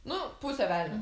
nu pusė velnio